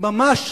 ממש